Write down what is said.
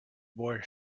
boy